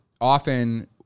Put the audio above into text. often